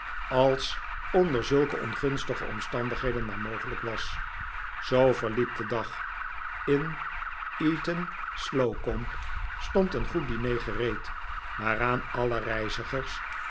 als onder zulke ongunstige omstandigheden maar mogelijk was zoo verliep de dag in eton slocomb stond een goed diner gereed waaraan alle reizigers